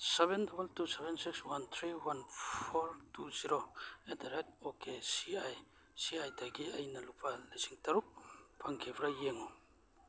seven double two seven six one three one four two zero at the rate O K C I C ꯑꯥꯏꯗꯒꯤ ꯑꯩꯟ ꯂꯨꯄꯥ ꯂꯤꯁꯤꯡ ꯇꯔꯨꯛ ꯐꯪꯈꯤꯕ꯭ꯔ ꯌꯦꯡꯉꯨ